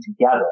together